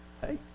hey